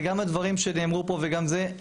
זה גם הדברים שנאמרו פה וגם זה,